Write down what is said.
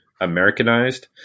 Americanized